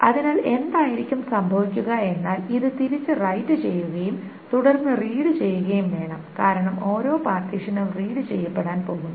അതിനാൽ എന്തായിരിക്കാം സംഭവിക്കുക എന്നാൽ ഇത് തിരിച്ച് റൈറ്റ് ചെയ്യുകയും തുടർന്ന് റീഡ് ചെയ്യുകയും വേണം കാരണം ഓരോ പാർട്ടീഷനും റീഡ് ചെയ്യപ്പെടാൻ പോകുന്നു